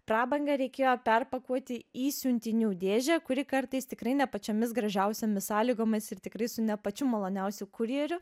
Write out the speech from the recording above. prabangą reikėjo perpakuoti į siuntinių dėžę kuri kartais tikrai ne pačiomis gražiausiomis sąlygomis ir tikrai su ne pačiu maloniausiu kurjeriu